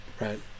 right